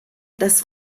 dass